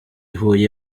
huye